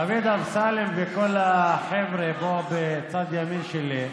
דוד אמסלם וכל החבר'ה פה, בצד ימין שלי,